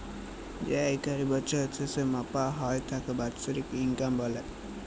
যেই আয়িটা বছরের শেসে মাপা হ্যয় তাকে বাৎসরিক ইলকাম ব্যলে